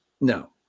No